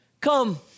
Come